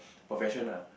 profession ah